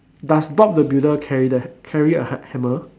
does Bob the builder carry the carry a h~ hammer